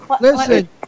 Listen